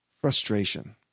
frustration